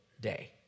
day